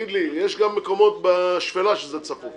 יש גם מקומות בשפלה שזה לא צפוף.